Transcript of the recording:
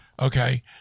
Okay